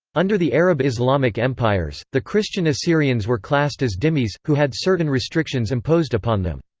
under the arab islamic empires, the christian assyrians were classed as dhimmis, who had certain restrictions imposed upon them.